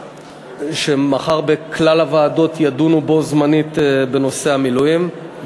ומחר בכלל הוועדות ידונו בו זמנית בנושא המילואים,